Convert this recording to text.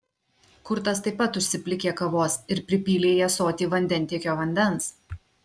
kurtas taip pat užsiplikė kavos ir pripylė į ąsotį vandentiekio vandens